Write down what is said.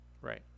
Right